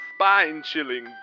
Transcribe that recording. spine-chilling